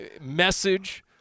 message